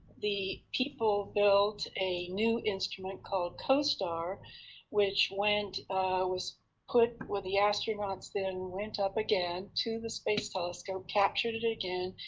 the people built a new instrument called costar which went was put, where the astronauts then went up again to the space telescope, captured it again,